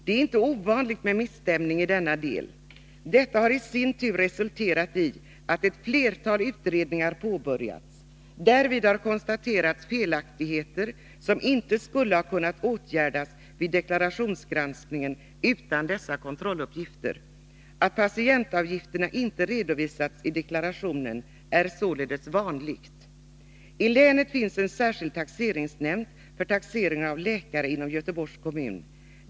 Det är inte ovanligt med misstämning i denna del. Detta har i sin tur resulterat i att ett flertal utredningar påbörjats. Därvid har konstaterats felaktigheter som inte skulle ha kunnat åtgärdas vid deklarationsgranskningen utan dessa kontrolluppgifter. Att patientavgifterna inte redovisats i deklarationen är således vanligt. I länet finns en särskild taxeringsnämnd för taxering av läkare inom Göteborgs kommun.